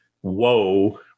Whoa